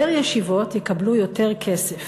יותר ישיבות יקבלו יותר כסף,